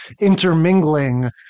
intermingling